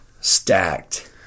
stacked